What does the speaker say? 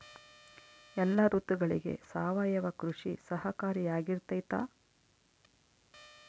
ಎಲ್ಲ ಋತುಗಳಗ ಸಾವಯವ ಕೃಷಿ ಸಹಕಾರಿಯಾಗಿರ್ತೈತಾ?